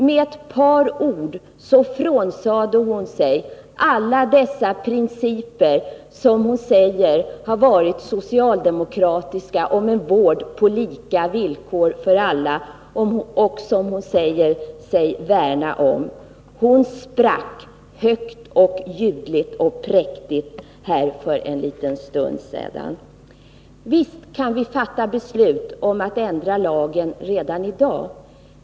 Med ett par ord frånsade hon sig alla de socialdemokratiska principer om en vård på lika villkor för alla som hon sagt sig värna om. Hon sprack högt, ljudligt och präktigt för en liten stund sedan. Visst kan vi redan i dag fatta beslut om att ändra lagen.